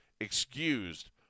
excused